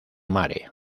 mare